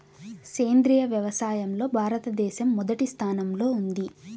సేంద్రీయ వ్యవసాయంలో భారతదేశం మొదటి స్థానంలో ఉంది